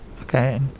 okay